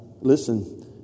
listen